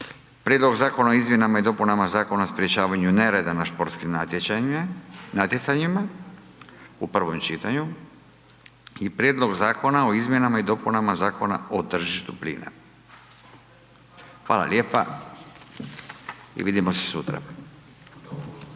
Prijedlog zakona o izmjenama i dopunama Zakona o sprječavanju nereda na športskim natjecanjima u prvom čitanju i Prijedloga zakona o izmjenama i dopunama Zakona o tržištu plina. Hvala lijepa i vidimo se sutra.